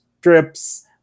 strips